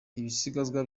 ibisigazwa